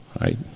right